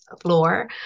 floor